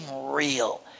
real